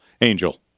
angel